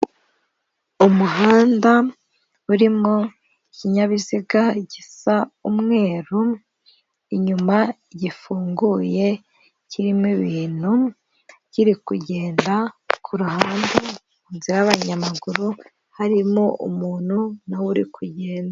Umuhanda urimo ikinyabiziga gisa umweru inyuma gifunguye kirimo ibintu, kiri kugenda kuhande inzira y'abanyamaguru harimo umuntu nawe uri kugenda.